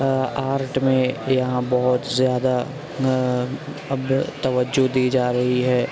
art میں یہاں بہت زیادہ اب توجہ دی جا رہی ہے